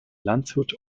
landshut